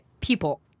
people